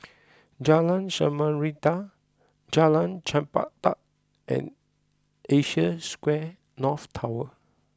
Jalan Samarinda Jalan Chempedak and Asia Square North Tower